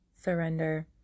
surrender